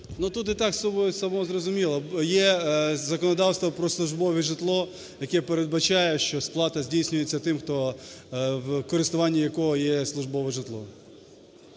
тут і так само собою зрозуміло. Є законодавство про службове житло, яке передбачає, що сплата здійснюється тим, в користуванні якого є службове житло.